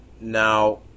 Now